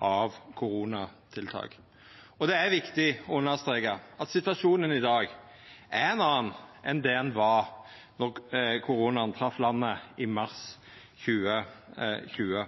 av koronatiltak. Det er viktig å understreka at situasjonen i dag er ein annan enn det han var då koronaen trefte landet i mars 2020.